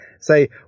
say